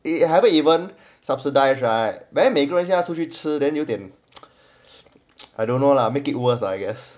if you haven't even subsidize right but then 每个人现在都出去吃有点 I don't know lah make it worse lah I guess